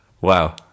Wow